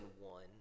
One